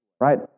Right